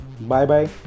bye-bye